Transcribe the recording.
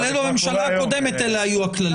גם בממשלה הקודמת אלה היו הכללים.